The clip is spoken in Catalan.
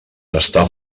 està